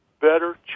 better